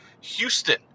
Houston